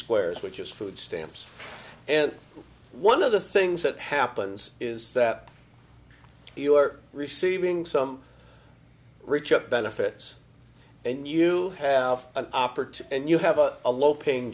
squares which is food stamps and one of the things that happens is that you are receiving some rich up benefits and you have an opportunity and you have a low paying